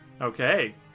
Okay